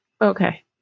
Okay